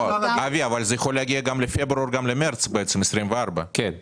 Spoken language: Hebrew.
אבי, זה יכול להגיע גם לפברואר ומרץ 2024. כן.